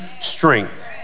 strength